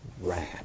ran